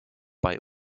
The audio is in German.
bei